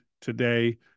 today